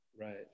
Right